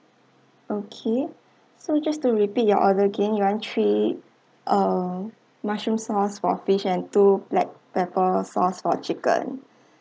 okay so you just to repeat your order again you want three uh mushroom sauce for fish and two black pepper sauce for chicken